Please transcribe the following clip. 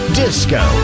disco